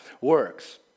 works